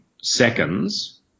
seconds